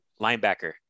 Linebacker